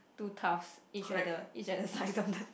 two each at the each at the sides of the